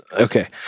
okay